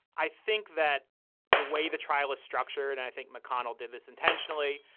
i think that the way the trial ah structure and i think mcconnell did this intentionally,